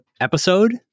episode